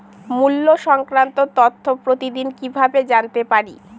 মুল্য সংক্রান্ত তথ্য প্রতিদিন কিভাবে জানতে পারি?